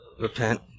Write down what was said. repent